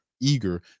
eager